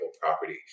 property